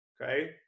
okay